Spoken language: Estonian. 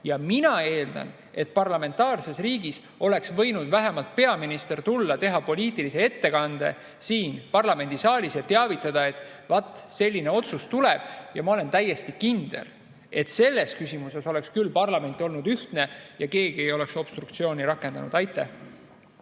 Mina arvan, et parlamentaarses riigis oleks võinud peaminister vähemalt siia tulla ja teha poliitilise ettekande parlamendisaalis, et teavitada, et vaat, selline otsus tuleb. Ma olen täiesti kindel, et selles küsimuses oleks küll parlament olnud ühtne ja keegi ei oleks obstruktsiooni rakendanud. Aitäh!